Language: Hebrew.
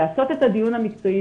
לעשות את הדיון המקצועי.